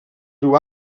riu